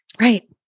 Right